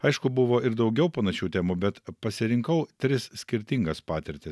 aišku buvo ir daugiau panašių temų bet pasirinkau tris skirtingas patirtis